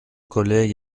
collègue